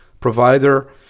provider